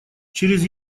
через